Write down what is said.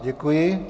Děkuji.